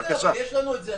יש לנו את זה,